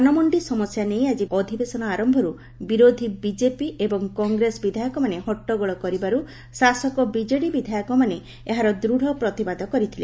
ଧାନମଣ୍ଡି ସମସ୍ୟା ନେଇ ଆକି ଅଧିବେଶନ ଆର ବିରୋଧ ବିଜେପି ଏବଂ କଂଗ୍ରେସ ବିଧାୟକମାନେ ହଟ୍ଟଗୋଳ କରିବାରୁ ଶାସକ ବିଜେଡି ବିଧାୟକମାନେ ଏହାର ଦୃଢ଼ ପ୍ରତିବାଦ କରିଥିଲେ